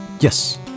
Yes